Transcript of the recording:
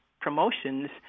promotions